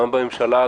גם בממשלה,